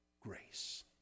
grace